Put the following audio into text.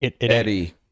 Eddie